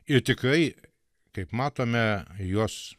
ir tikrai kaip matome juos